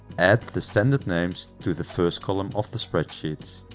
add the standard names to the first column of the spreadsheet.